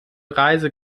reise